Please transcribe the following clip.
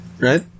right